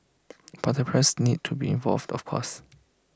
but the parents need to be involved of course